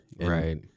Right